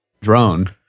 drone